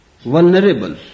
vulnerable